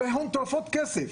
עולה הון תועפות של כסף,